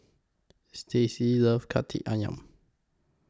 Stacie loves Kaki Ayam